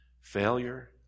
failure